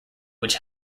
which